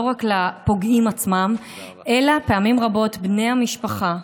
לא רק לפוגעים עצמם אלא פעמים רבות בני המשפחה,